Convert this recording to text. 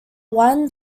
one